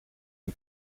een